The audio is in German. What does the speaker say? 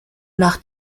nach